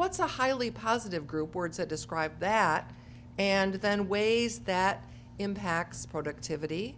what's a highly positive group words that describe that and then ways that impacts productivity